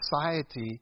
society